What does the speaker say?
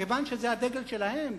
כיוון שזה הדגל שלהם,